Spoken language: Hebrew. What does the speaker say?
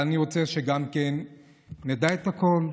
אבל אני רוצה שגם נדע את הכול,